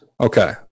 Okay